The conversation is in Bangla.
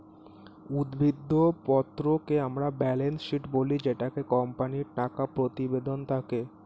উদ্ধৃত্ত পত্রকে আমরা ব্যালেন্স শীট বলি জেটাতে কোম্পানির টাকা প্রতিবেদন থাকে